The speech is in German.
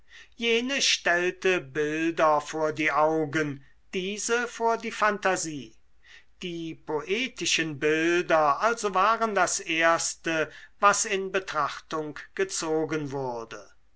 jene stellte bilder vor die augen diese vor die phantasie die poetischen bilder also waren das erste was in betrachtung gezogen wurde